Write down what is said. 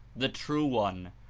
the true one,